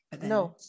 No